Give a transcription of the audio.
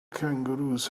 kangaroos